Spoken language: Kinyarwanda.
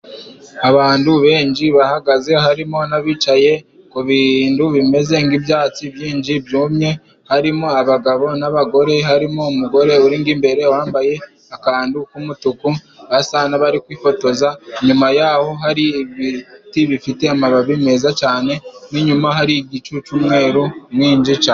Abandu benshi bahagaze harimo n'abicaye kubindu bimeze ng'ibyatsi byinshi byumye. Harimo abagabo n'abagore, harimo umugore uri ng'imbere wambaye akandu k'umutuku basa nk'abari kwifotoza inyuma yaho hari ibiti bifite amababi meza cyane inyuma hari igicu c'umweru mwinshi cane.